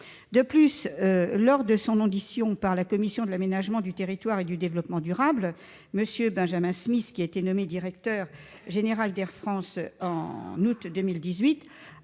De plus, lors de son audition par la commission de l'aménagement du territoire et du développement durable, M. Benjamin Smith, nommé directeur général d'Air France en août